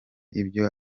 ibyo